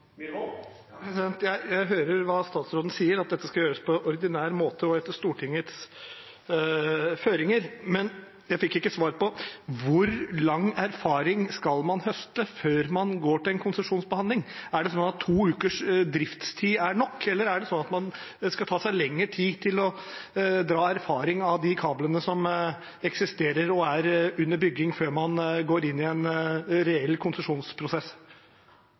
Jeg hører hva statsråden sier, at dette skal gjøres på ordinær måte og etter Stortingets føringer, men jeg fikk ikke svar på hvor lang erfaring man skal høste før man går til en konsesjonsbehandling. Er det sånn at to ukers driftstid er nok, eller skal man ta seg lenger tid til å høste erfaring fra de kablene som eksisterer og er under bygging, før man går inn i en reell konsesjonsprosess?